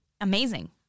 amazing